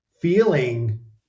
feeling